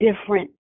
different